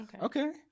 Okay